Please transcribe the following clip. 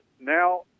now